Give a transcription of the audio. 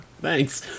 Thanks